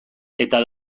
eta